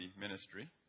ministry